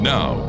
Now